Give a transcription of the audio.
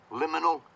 liminal